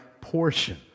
portion